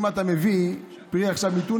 אם אתה מביא מתוניס,